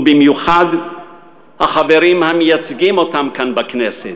ובמיוחד החברים המייצגים אותם כאן, בכנסת,